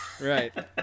Right